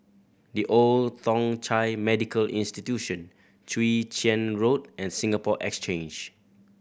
The Old Thong Chai Medical Institution Chwee Chian Road and Singapore Exchange